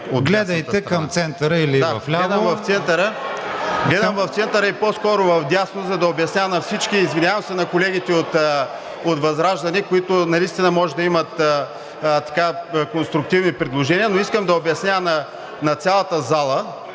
Гледам в центъра и по-скоро вдясно, за да обясня на всички – извинявам се на колегите от ВЪЗРАЖДАНЕ, които наистина може да имат конструктивни предложения, но искам да обясня на цялата зала,